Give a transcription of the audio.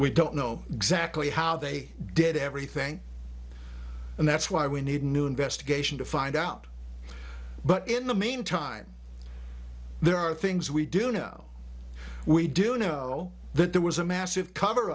we don't know exactly how they did everything and that's why we need a new investigation to find out but in the meantime there are things we do now we do know that there was a massive cover